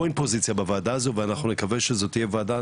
פה אין פוזיציה בוועדה הזו ואני מקווה שזו תהייה וועדה,